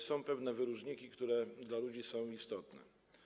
Są jednak pewne wyróżniki, które dla ludzi są istotne.